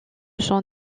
son